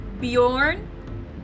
Bjorn